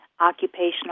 occupational